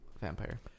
vampire